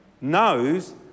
knows